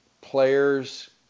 players